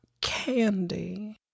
candy